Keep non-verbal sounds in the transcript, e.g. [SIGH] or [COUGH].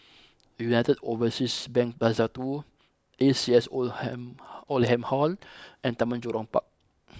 United Overseas Bank Plaza two A C S Oldham Hall and [UNINTELLIGIBLE] and Taman Jurong Park